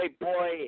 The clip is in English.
boy